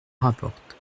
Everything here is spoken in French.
rapporte